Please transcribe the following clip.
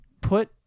Put